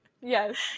yes